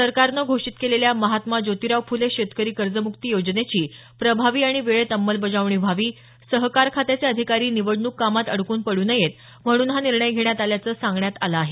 सरकारनं घोषित केलेल्या महात्मा ज्योतीराव फुले शेतकरी कर्जमुक्ती योजनेची प्रभावी आणि वेळेत अंमलबजावणी व्हावी सहकार खात्याचे अधिकारी निवडणूक कामात अडकून पडू नये म्हणून हा निर्णय घेण्यात आल्याचं सांगण्यात आलं आहे